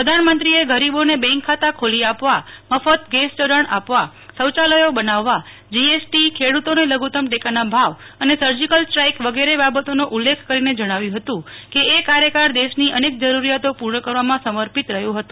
પ્રધાનમંત્રી એ ગરીબોને બેન્ક ખાતા ખોલી આપવા મફત ગેસ જોડાણ આપવા શોચાલય બનાવવા જીએસટો ખે ડ્રતોને લઘ્તતમ ટેકાના ભાવ અને સર્જીકલ સ્ટ્રાઈક વગેરે બાબતોનો ઉલ્લેખ કરીને જણાવ્યું હતું કે એ કા ર્યકાળ દેશની અનેક જરૂરીયાતો પૂર્ણ કરવા સમર્પિત રહયો હતો